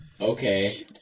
Okay